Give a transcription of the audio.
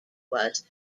was